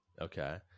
Okay